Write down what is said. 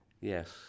Yes